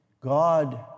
God